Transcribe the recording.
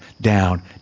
down